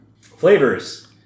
Flavors